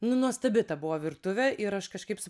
nu nuostabi ta buvo virtuvė ir aš kažkaip su